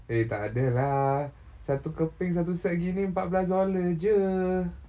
eh takde lah satu keping satu set gini empat belas dollar jer